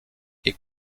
est